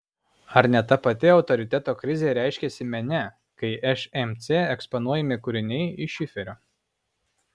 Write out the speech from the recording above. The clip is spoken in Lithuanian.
ar ne ta pati autoriteto krizė reiškiasi mene kai šmc eksponuojami kūriniai iš šiferio